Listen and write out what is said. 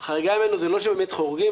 החריגה ממנו זה לא שבאמת חורגים,